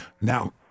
Now